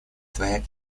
твоя